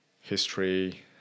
history